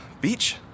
Beach